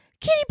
Kitty